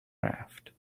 raft